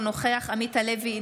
אינו נוכח עמית הלוי,